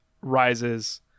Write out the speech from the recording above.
rises